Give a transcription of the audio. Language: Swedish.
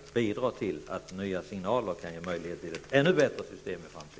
att bidra till att nya signaler kan ge möjligheter till ett ännu bättre system i framtiden.